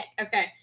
Okay